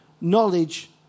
knowledge